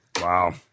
Wow